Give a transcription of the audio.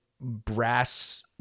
brass